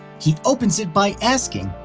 he opens it by asking,